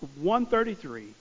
133